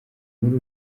muri